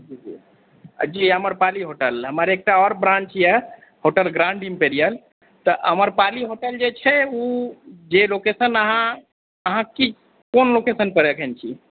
जी Amrapali hotel हमर एकटा आओर ब्राञ्च यऽ होटल ग्राण्ड एमपेरियल तऽ आम्रपाली होटल जे छै ऊ जे लोकेशन अहाँ अहाँ की कोन लोकेशन पर एखन छी